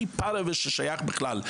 הכי פרווה ששייך בכלל,